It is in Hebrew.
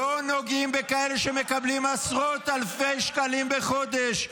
לא נוגעים בכאלה שמקבלים עשרות אלפי שקלים בחודש.